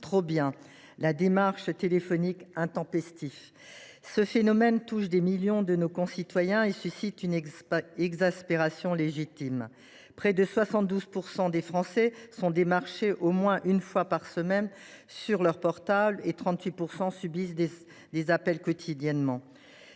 trop bien : le démarchage téléphonique intempestif. Ce phénomène touche des millions de nos concitoyens et suscite une exaspération légitime. Près de 72 % des Français sont démarchés au moins une fois par semaine sur leur portable et 38 % subissent ces appels quotidiennement.